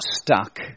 stuck